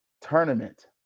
tournament